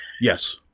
yes